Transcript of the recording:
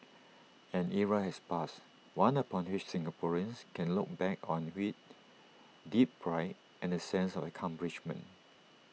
an era has passed one upon which Singaporeans can look back on with deep pride and A sense of accomplishment